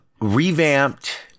revamped